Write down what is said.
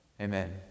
Amen